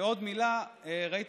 ועוד מילה, ראיתי